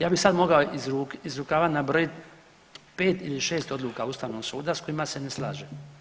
Ja bi sad mogao iz rukava nabrojit 5 ili 6 odluka ustavnog suda s kojima se ne slažem.